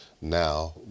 Now